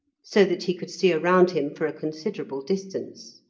so that he could see around him for a considerable distance.